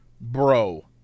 bro